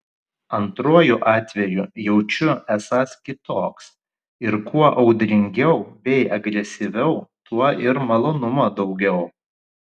antruoju atveju jaučiu esąs kitoks ir kuo audringiau bei agresyviau tuo ir malonumo daugiau